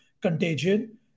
contagion